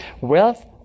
wealth